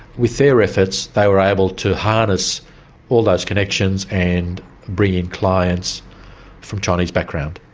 with their efforts they were able to harness all those connections and bring in clients from chinese background.